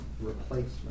replacement